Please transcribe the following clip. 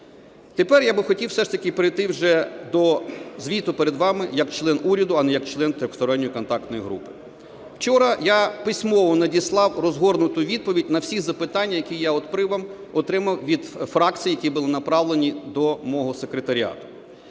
Тепер я би хотів все ж таки перейти вже до звіту перед вами як член уряду, а не як член Тристоронньої контактної групи. Вчора я письмово надіслав розгорнуту відповідь на всі запитання, які я отримав від фракцій, які були направлені до мого секретаріату.